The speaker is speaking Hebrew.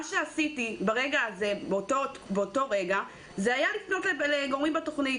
מה שעשיתי באותו רגע, היה לפנות לגורמים בתכנית.